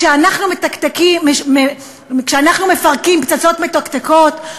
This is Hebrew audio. כשאנחנו מפרקים פצצות מתקתקות,